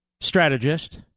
strategist